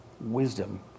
wisdom